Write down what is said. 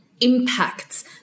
impacts